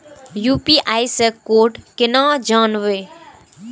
UPI से code केना जानवै?